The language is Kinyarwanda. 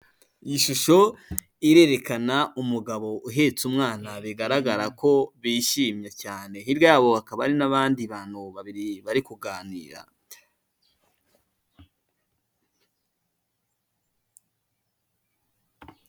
Iyi shusho irerekana umugabo uhetse umwana bigaragara ko bishimye cyane, hirya yabo hakaba hari n'abandi bantu babiri bari kuganira.